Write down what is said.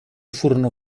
furono